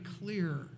clear